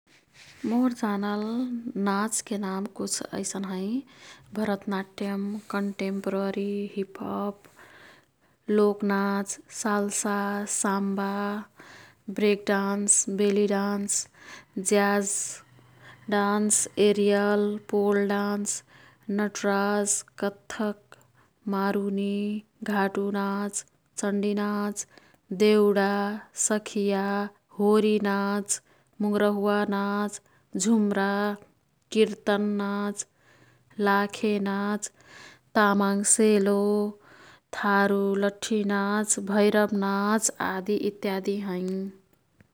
मोर् जानल नाचके नाम कुछ ऐसन हैं। भरतनाट्यम्, कन्टेम्पररी, हिपहप, लोकनाच, salsa, samba, break dance, belly dance, jazz dance, aerial, pole dance, Nataraj, Kathak, Maruni, Ghatu नाच, चन्डी नाच, देउडा, सखिया, होरी नाच, मुंगरहुवा नाच, झुम्रा, किर्तन नाच, लाखे नाच, तामाङ्ग सेलो, थारु लठ्ठी नाच, भैरब नाच आदि इत्यादी हैं।